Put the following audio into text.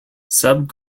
sub